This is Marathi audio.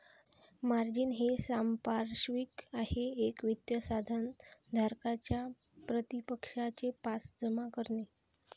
मार्जिन हे सांपार्श्विक आहे एक वित्त साधन धारकाच्या प्रतिपक्षाचे पास जमा करणे